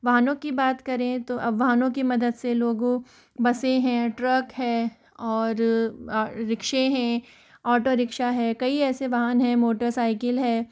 वाहनों कि बात करें तो अब वाहनों कि मदद से लोगों बसें है ट्रक है और रिक्शे हैं ऑटो रीक्शा है कई ऐसे वाहन है मोटरसाइकिल है